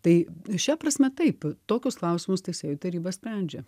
tai šia prasme taip tokius klausimus teisėjų taryba sprendžia